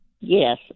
Yes